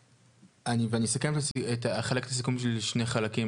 אני אחלק את הסיכום שלי לשני חלקים,